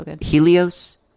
Helios